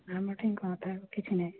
ଆମଠି କ'ଣ ଥାଇ କିଛି ନାହିଁ